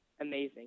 Amazing